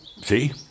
See